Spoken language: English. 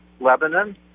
Lebanon